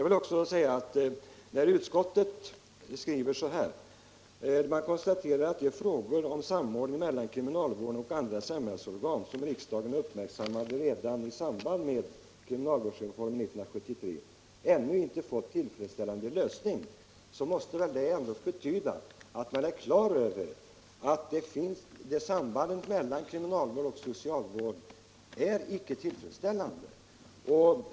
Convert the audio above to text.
Utskottet skriver på ett ställe så här: ”Utskottet konstaterar att de frågor om samordningen mellan kriminalvården och andra samhällsorgan som riksdagen uppmärksammade redan i samband med kriminalvårdsreformen år 1973, ännu inte fått en tillfredsställande lösning.” Detta måste väl ändå betyda att man är på det klara med att samarbetet mellan kriminalvård och socialvård icke är tillfredsställande.